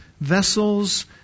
vessels